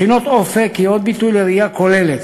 מכינות "אופק" הן עוד ביטוי לראייה כוללת